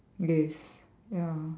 yes ya